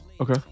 Okay